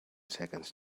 seconds